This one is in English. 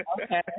Okay